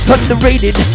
Underrated